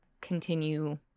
continue